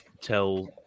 tell